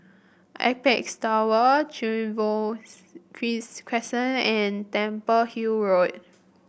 Apex Tower Trevose crease Crescent and Temple Hill Road